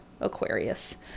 Aquarius